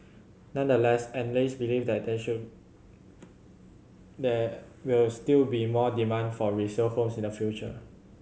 nonetheless analyst believe that they there will still be more demand for resale homes in the future